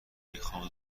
میخام